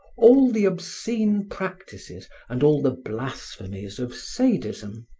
all the obscene practices and all the blasphemies of sadism.